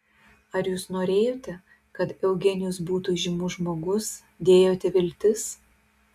ar jūs norėjote kad eugenijus būtų įžymus žmogus dėjote viltis